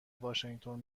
واشینگتن